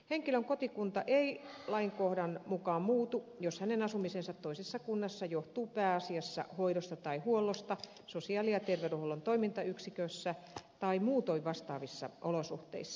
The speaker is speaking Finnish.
henkilön kotikunta ei lainkohdan mukaan muutu jos hänen asumisensa toisessa kunnassa johtuu pääasiassa hoidosta tai huollosta sosiaali ja terveydenhuollon toimintayksikössä tai muutoin vastaavissa olosuhteissa